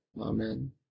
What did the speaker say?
amen